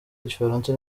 igifaransa